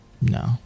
No